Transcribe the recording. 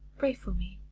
pray for me!